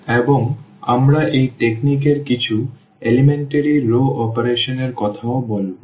এবং আমরা এই কৌশল এর কিছু এলিমেন্টারি রও অপারেশন এর কথা ও বলব